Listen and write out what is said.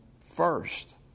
first